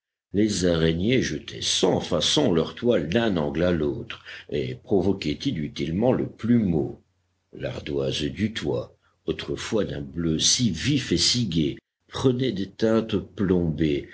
les araignées jetaient sans façon leur toile d'un angle à l'autre et provoquaient inutilement le plumeau l'ardoise du toit autrefois d'un bleu si vif et si gai prenait des teintes plombées